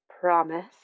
Promise